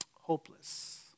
hopeless